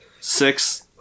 Six